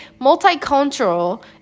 multicultural